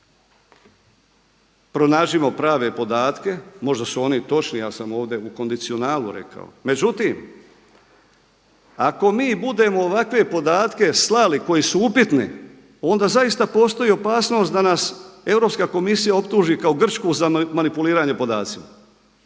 pronađimo prave podatke, možda su oni i točni, ja sam ovdje u kondicionalu rekao, međutim ako mi budemo ovakve podatke slali koji su upitni onda zaista postoji opasnost da nas Europska komisija optuži kao Grčku za manipuliranje podacima.